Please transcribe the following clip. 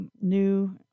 new